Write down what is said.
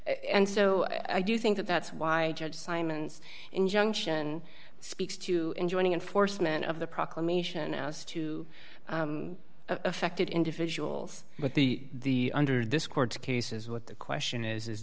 and so i do think that that's why simon's injunction speaks to in joining enforcement of the proclamation as to affected individuals but the under this court's cases what the question is is